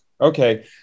okay